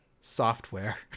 software